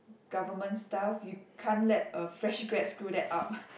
government staff you can't let a fresh grad screw that up